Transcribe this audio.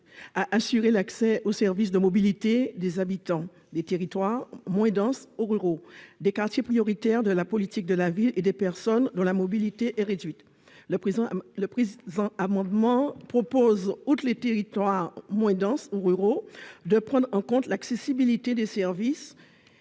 à assurer « l'accès aux services de mobilité des habitants des territoires moins denses ou ruraux, des quartiers prioritaires de la politique de la ville et des personnes dont la mobilité est réduite ». Le présent amendement vise à prendre en compte, outre les « territoires moins denses ou ruraux », l'accessibilité des services